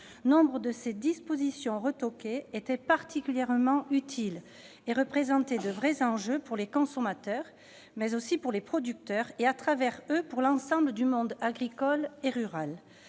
nombre de ces dispositions retoquées étaient particulièrement utiles et représentaient de véritables enjeux pour les consommateurs, mais aussi pour les producteurs et, à travers eux, pour l'ensemble du monde agricole et rural.